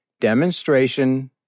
demonstration